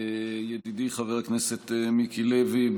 ידידי חבר הכנסת מיקי לוי,